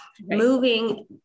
moving